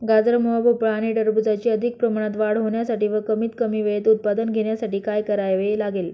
गाजर, मुळा, भोपळा आणि टरबूजाची अधिक प्रमाणात वाढ होण्यासाठी व कमीत कमी वेळेत उत्पादन घेण्यासाठी काय करावे लागेल?